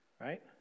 Right